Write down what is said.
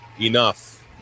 Enough